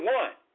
one